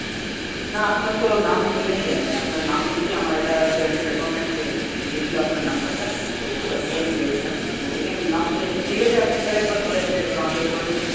আচ্ছা না আপনার তো নাম শুনেছি আমি আপনার নাম শুনেছি আমার একটা ফ্রেন্ড রেকমেন্ড করে দিয়েছিল আপনার নাম্বারটা তো ওর কাছ থেকে আমি পেয়েছিলাম তো ওটাতেই আমি নাম শুনেছি ঠিক আছে আপনি তাহলে একবার ঘরে এসে মাপজোক করে নেবেন